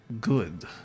good